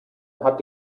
hat